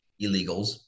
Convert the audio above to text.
illegals